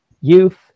youth